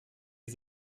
die